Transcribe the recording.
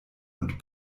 und